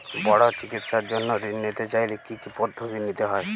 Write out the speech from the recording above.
বড় চিকিৎসার জন্য ঋণ নিতে চাইলে কী কী পদ্ধতি নিতে হয়?